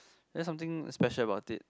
that's something special about it